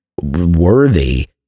worthy